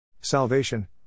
Salvation